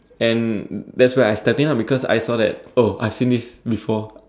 and that's why I step in lah because I saw that oh I finish before